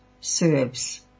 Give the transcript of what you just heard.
serves